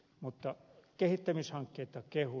mutta kehittämishankkeita kehun